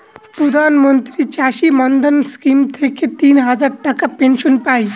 প্রধান মন্ত্রী চাষী মান্ধান স্কিম থেকে তিন হাজার টাকার পেনশন পাই